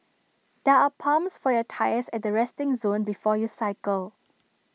there are pumps for your tyres at the resting zone before you cycle